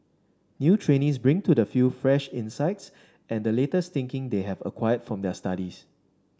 new trainees bring to the field fresh insights and the latest thinking they have acquired from their studies